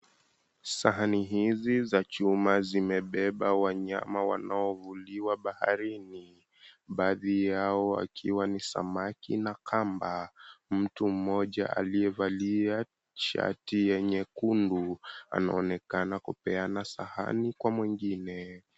Sahani hizi za chuma zimebeba wanyama wanaovuliwa baharini. Baadhi yao wakiwa ni samaki na kamba. Mtu mmoja aliyevalia shati ya nyekundu, anaonekana kupeana sahani kwa mwingine.